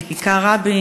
בכיכר רבין,